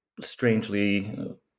strangely